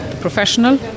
professional